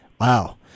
Wow